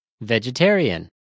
Vegetarian